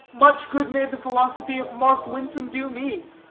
much good may the philosophy of mark winsome do me?